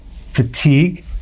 fatigue